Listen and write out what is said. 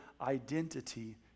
identity